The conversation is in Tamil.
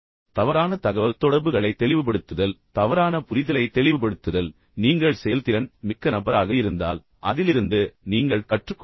தவறான தகவல்தொடர்புகளை தெளிவுபடுத்துதல் தவறான புரிதலை தெளிவுபடுத்துதல் நீங்கள் செயல்திறன் மிக்க நபராக இருந்தால் அதிலிருந்து நீங்கள் கற்றுக்கொள்வீர்கள்